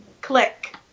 click